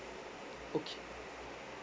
okay